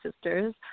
sisters